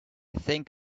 think